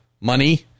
Money